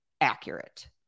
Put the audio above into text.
accurate